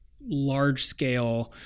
large-scale